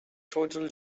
total